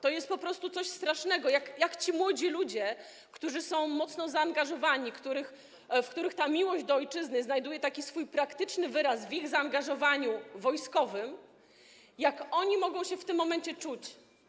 To jest po prostu coś strasznego, jak ci młodzi ludzie, którzy są mocno zaangażowani i których miłość do ojczyzny znajduje swój praktyczny wyraz w ich zaangażowaniu wojskowym, jak oni mogą się w tym momencie czuć.